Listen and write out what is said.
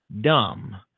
dumb